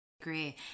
agree